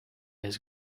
has